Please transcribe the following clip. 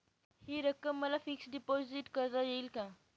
हि रक्कम मला फिक्स डिपॉझिट करता येईल का?